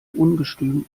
ungestüm